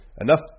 enough